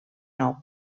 nou